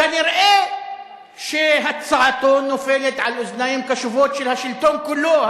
כנראה הצעתו נופלת על אוזניים קשובות של השלטון כולו.